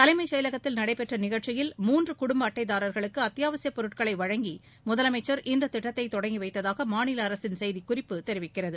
தலைமைச் செயலகத்தில் நடைபெற்ற நிகழ்ச்சியில் மூன்று குடும்ப அட்டைதார்களுக்கு அத்தியாவசியப் பொருட்களை வழங்கி முதலமைச்சர் இந்த திட்டத்தை தொடங்கி வைத்ததாக மாநிலஅரசின் செய்திக் குறிப்பு தெரிவிக்கிறது